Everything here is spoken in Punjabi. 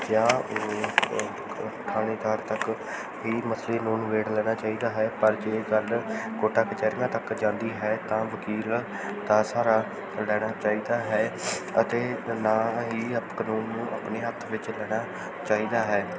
ਜਾਂ ਉਹ ਥਾਣੇਦਾਰ ਤੱਕ ਹੀ ਮਸਲੇ ਨੂੰ ਨਿਬੇੜ ਲੈਣਾ ਚਾਹੀਦਾ ਹੈ ਪਰ ਜੇ ਗੱਲ ਕੋਰਟਾਂ ਕਚਹਿਰੀਆਂ ਤੱਕ ਜਾਂਦੀ ਹੈ ਤਾਂ ਵਕੀਲ ਦਾ ਸਹਾਰਾ ਲੈਣਾ ਚਾਹੀਦਾ ਹੈ ਅਤੇ ਨਾ ਹੀ ਕਾਨੂੰਨ ਨੂੰ ਆਪਣੇ ਹੱਥ ਵਿੱਚ ਲੈਣਾ ਚਾਹੀਦਾ ਹੈ